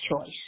choice